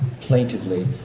plaintively